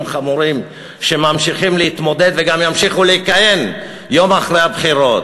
חמורים שממשיכים להתמודד וגם ימשיכו לכהן יום אחרי הבחירות.